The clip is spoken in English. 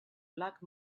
black